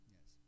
Yes